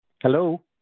Hello